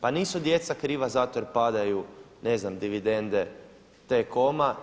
Pa nisu djeca kriva zato jer padaju, ne znam dividende T-coma.